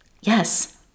Yes